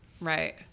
Right